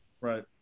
Right